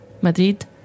Madrid